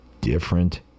different